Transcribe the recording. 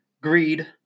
greed